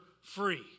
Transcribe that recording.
free